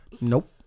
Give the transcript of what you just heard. nope